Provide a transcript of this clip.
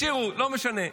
השאירו, לא משנה.